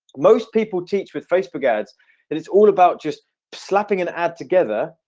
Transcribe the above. most people teach with facebook ads and it's all about just slapping and ad together,